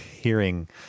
hearing